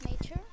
nature